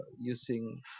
using